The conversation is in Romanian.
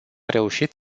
reușit